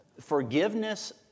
Forgiveness